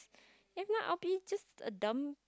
if not I be just a dumb